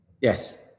yes